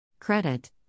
Credit